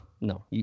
no